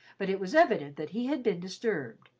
but it was evident that he had been disturbed.